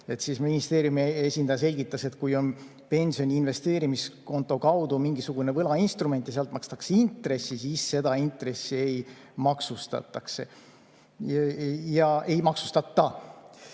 Ministeeriumi esindaja selgitas, et kui on pensioni investeerimiskonto kaudu mingisugune võlainstrument ja sealt makstakse intressi, siis seda intressi ei maksustata. Ma ise